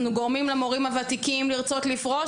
גורמים למורים הוותיקים לרצות לפרוש,